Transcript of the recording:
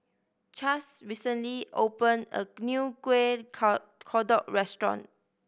Chaz recently opened a new kueh ko kodok restaurant